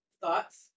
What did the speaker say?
Thoughts